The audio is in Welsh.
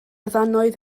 ddannoedd